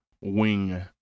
wing